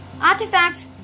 artifacts